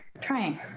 Trying